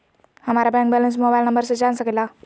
हमारा bank balance mobile number से जान सके ला?